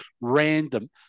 random